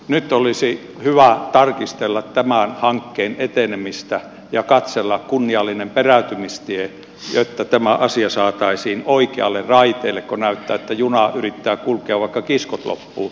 nyt olisi hyvä tarkistella tämän hankkeen etenemistä ja katsella kunniallinen peräytymistie jotta tämä asia saataisiin oikealle raiteelle kun näyttää että juna yrittää kulkea vaikka kiskot loppuvat